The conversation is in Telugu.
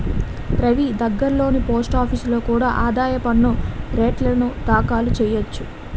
రవీ దగ్గర్లోని పోస్టాఫీసులో కూడా ఆదాయ పన్ను రేటర్న్లు దాఖలు చెయ్యొచ్చు